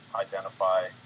identify